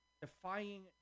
defying